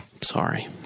Sorry